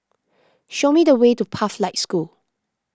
show me the way to Pathlight School